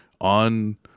on